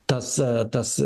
tas tas